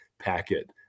packet